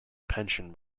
pension